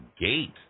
gate